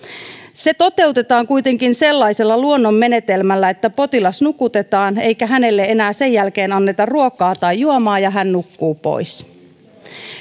se toteutetaan kuitenkin sellaisella luonnonmenetelmällä että potilas nukutetaan eikä hänelle enää sen jälkeen anneta ruokaa tai juomaa ja hän nukkuu pois